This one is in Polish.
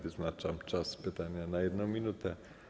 Wyznaczam czas pytania na 1 minutę.